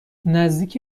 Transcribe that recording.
نزدیک